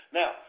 now